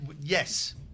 yes